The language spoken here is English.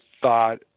thought